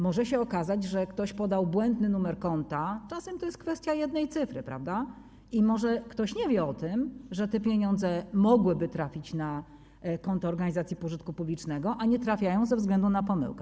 Może się okazać, że ktoś podał błędny numer konta, czasem to jest kwestia jednej cyfry, i może ktoś nie wie o tym, że te pieniądze mogłyby trafić na konto organizacji pożytku publicznego, ale nie trafiają ze względu na pomyłkę.